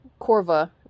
Corva